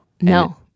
No